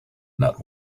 not